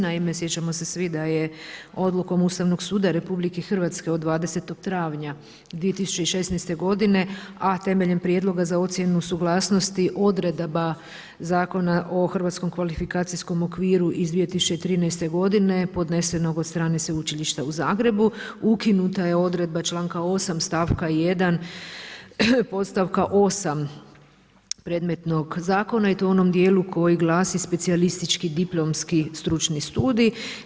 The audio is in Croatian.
Naime, sjećamo se svi da je Odlukom Ustavnog suda Republike Hrvatske od 20. travnja 2016. godine, a temeljem prijedloga za ocjenu suglasnosti odredaba Zakona o hrvatskom kvalifikacijskom okviru iz 2013. godine podnesenog od strane Sveučilišta u Zagrebu, ukinuta je odredba članka 8. stavka 1. podstavka 8. predmetnog Zakona i to u onom dijelu koji glasi –Specijalistički diplomski stručni studij.